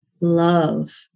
love